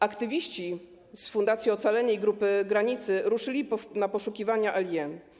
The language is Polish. Aktywiści z Fundacji Ocalenie i Grupy Granica ruszyli na poszukiwania Eileen.